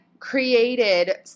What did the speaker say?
created